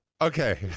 okay